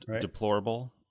Deplorable